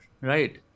right